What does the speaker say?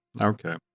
Okay